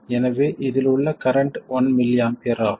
எனவே இதில் உள்ள கரண்ட் 1 mA ஆகும்